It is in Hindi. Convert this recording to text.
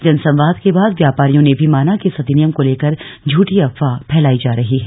जनसंवाद के बाद व्यापारियों ने भी माना कि इस अधिनियम को लेकर झूठी अफवाह फैलाई जा रही है